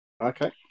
Okay